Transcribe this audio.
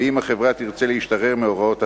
אם החברה תרצה להשתחרר מהוראות החוק.